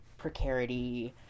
precarity